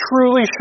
truly